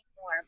more